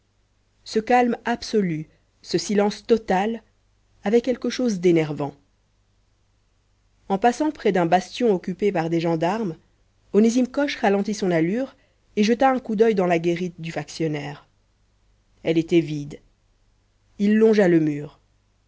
ce calme absolu ce silence total avaient quelque chose d'énervant en passant près d'un bastion occupé par des gendarmes onésime coche ralentit son allure et jeta un coup d'oeil dans la guérite du factionnaire elle était vide il longea le mur